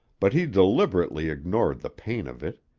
but he deliberately ignored the pain of it.